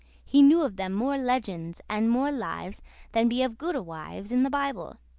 he knew of them more legends and more lives than be of goodde wives in the bible.